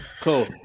Cool